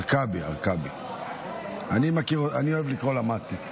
הרכבי, אני אוהב לקרוא לה מטי.